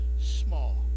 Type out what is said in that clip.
small